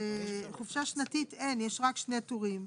חופשה שנתית אין, יש רק שני טורים.